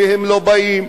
והם לא באים,